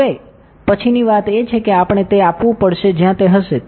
હવે હવે પછીની વાત એ છે કે આપણે તે આપવું પડશે જ્યાં તે હશે